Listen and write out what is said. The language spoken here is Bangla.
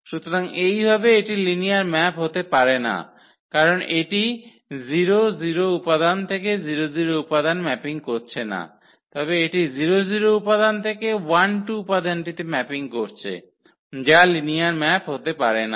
সুতরাং এইভাবে এটি লিনিয়ার ম্যাপ হতে পারে না কারণ এটি 00 উপাদান থেকে 00 উপাদান ম্যাপিং করছে না তবে এটি 00 উপাদান থেকে 12 উপাদানটিতে ম্যাপিং করছে যা লিনিয়ার ম্যাপ হতে পারে না